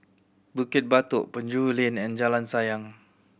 Bukit Batok Penjuru Lane and Jalan Sayang